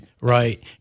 right